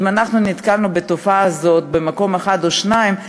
ואם נתקלנו בתופעה הזאת במקום אחד או שניים,